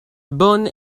bon